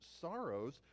sorrows